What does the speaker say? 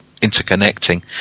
interconnecting